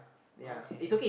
okay